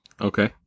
Okay